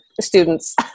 students